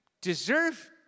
deserve